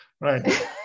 Right